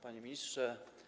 Panie Ministrze!